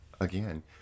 Again